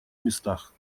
местах